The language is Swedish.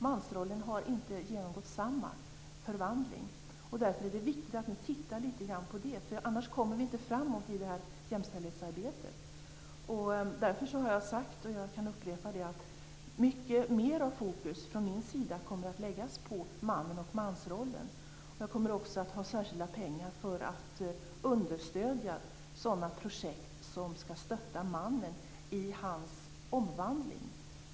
Mansrollen har inte genomgått samma förvandling, och därför är det viktigt att nu titta lite grann på det. Annars kommer vi inte framåt i jämställdhetsarbetet. Därför har jag sagt, och jag kan upprepa det, att mycket mer av fokus från min sida kommer att läggas på mannen och mansrollen. Jag kommer också att ha särskilda pengar för att understödja sådana projekt som skall stötta mannen i hans omvandling.